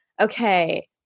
okay –